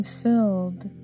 filled